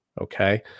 Okay